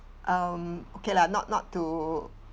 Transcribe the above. um okay lah not not to